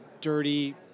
dirty